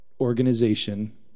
organization